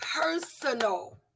personal